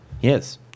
Yes